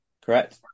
correct